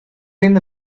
been